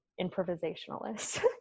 improvisationalist